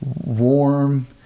warm